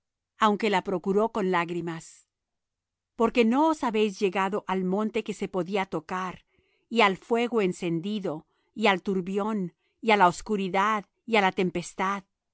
aunque la procuró con lágrimas porque no os habéis llegado al monte que se podía tocar y al fuego encendido y al turbión y á la oscuridad y á la tempestad